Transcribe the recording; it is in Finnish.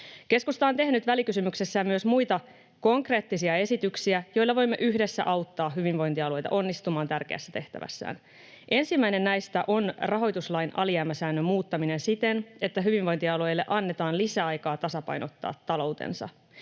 Keskusta on tehnyt välikysymyksessään myös muita, konkreettisia esityksiä, joilla voimme yhdessä auttaa hyvinvointialueita onnistumaan tärkeässä tehtävässään. Ensimmäinen näistä on rahoituslain alijäämäsäännön muuttaminen siten, että hyvinvointialueille annetaan lisäaikaa tasapainottaa taloutensa.